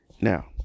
Now